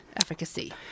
efficacy